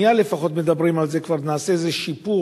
ואנחנו כבר קדנציה שנייה לפחות מדברים על זה שכבר נעשה איזה שיפור,